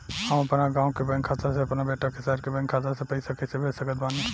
हम अपना गाँव के बैंक खाता से अपना बेटा के शहर के बैंक खाता मे पैसा कैसे भेज सकत बानी?